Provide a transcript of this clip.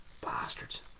Bastards